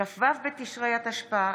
כ"ו בתשרי התשפ"א,